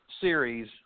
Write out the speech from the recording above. series